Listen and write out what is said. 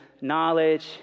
knowledge